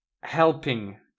helping